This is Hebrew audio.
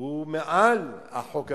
הוא מעל החוק הרגיל.